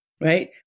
right